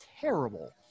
terrible